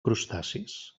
crustacis